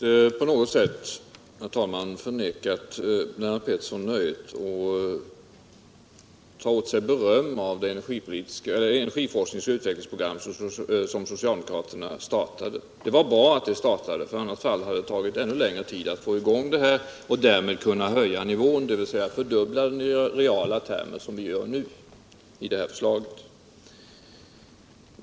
Herr talman! Jag har inte på något sätt missunnat Lennart Pettersson nöjet alt ta åt sig beröm av det energiforsknings och utvecklingsprogram som socialdemokraterna startade. Det var bra att socialdemokraterna gjorde det, för i annat fall hade det tagit ännu längre tid att komma i gång och därmed hade det tagit ännu längre tid att höja nivån, dvs. att fördubbla den i reala Energiforskning, termer som vi nu gör med det här förslaget.